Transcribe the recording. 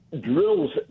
drills